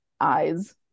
eyes